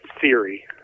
theory